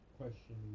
question